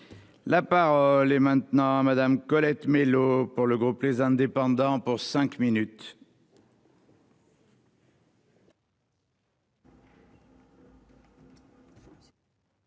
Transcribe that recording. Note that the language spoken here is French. Là par les maintenant Madame, Colette Mélot pour le groupe les indépendants pour cinq minutes.